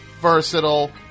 Versatile